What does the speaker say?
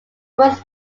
first